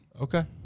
Okay